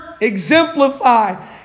exemplify